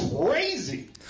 crazy